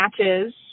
matches